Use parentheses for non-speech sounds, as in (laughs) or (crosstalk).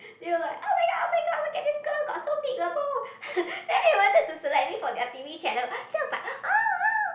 feel like oh-my-god oh-my-god look at this girl got so big the mole (laughs) then he wanted to select me for their t_v channel then was like (noise)